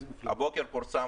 הבוקר פורסם,